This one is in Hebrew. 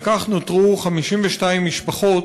וכך נותרו 52 משפחות,